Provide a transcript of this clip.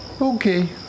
Okay